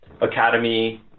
academy